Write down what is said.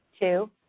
Two